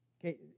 Okay